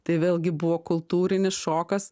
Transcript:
tai vėlgi buvo kultūrinis šokas